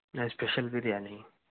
special biryani